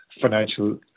financial